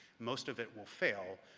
most of it will fail,